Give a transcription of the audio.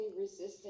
resistant